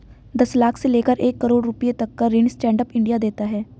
दस लाख से लेकर एक करोङ रुपए तक का ऋण स्टैंड अप इंडिया देता है